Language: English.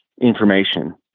information